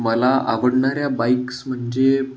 मला आवडणाऱ्या बाईक्स म्हणजे